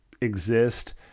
exist